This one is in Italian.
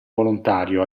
volontario